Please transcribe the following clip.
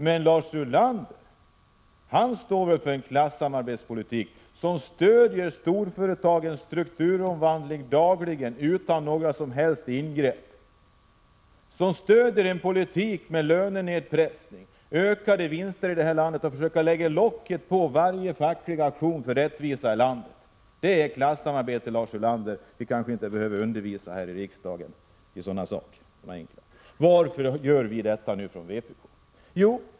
Men Lars Ulander, han står väl för en klassamarbetspolitik som stöder storföretagens strukturomvandling dagligen utan några som helst ingrepp. Denna politik leder till lönenedpressning och ökade vinster i det här landet. Företrädarna för denna politik försöker lägga locket på varje facklig aktion för rättvisa i landet. Det är klassamarbete, Lars Ulander, men vi kanske inte behöver undervisa om sådana enkla saker här i riksdagen. Varför gör vi nu detta från vpk?